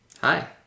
Hi